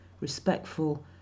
respectful